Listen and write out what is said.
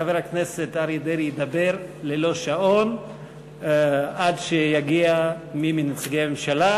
חבר הכנסת אריה דרעי ידבר ללא שעון עד שיגיע מי מנציגי הממשלה,